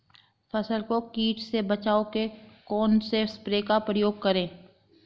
फसल को कीट से बचाव के कौनसे स्प्रे का प्रयोग करें?